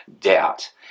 doubt